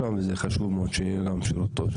וזה חשוב מאוד שיהיה להם שירות טוב.